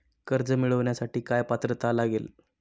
कर्ज मिळवण्यासाठी काय पात्रता लागेल?